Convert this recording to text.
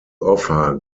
offer